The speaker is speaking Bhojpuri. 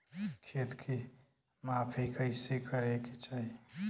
खेत के माफ़ी कईसे करें के चाही?